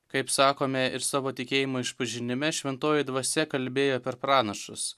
kaip sakome ir savo tikėjimo išpažinime šventoji dvasia kalbėjo per pranašus